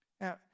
Now